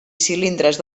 cilindres